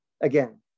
again